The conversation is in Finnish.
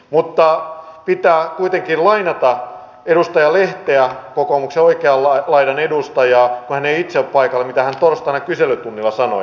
mutta pitää kuitenkin lainata edustaja lehteä kokoomuksen oikean laidan edustajaa kun hän ei itse ole paikalla sitä mitä hän torstaina kyselytunnilla sanoi